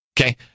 Okay